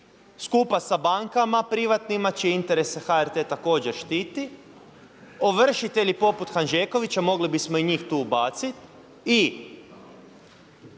skupa sa bankama privatnima čije interese HRT također štiti, ovršitelji poput Hanžekovića, mogli bismo i njih tu ubaciti i